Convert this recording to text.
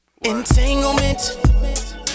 Entanglement